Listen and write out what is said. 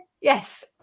yes